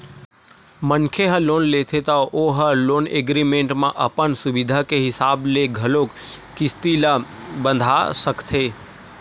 मनखे ह लोन लेथे त ओ ह लोन एग्रीमेंट म अपन सुबिधा के हिसाब ले घलोक किस्ती ल बंधा सकथे